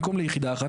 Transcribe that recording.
במקום ליחידה אחת,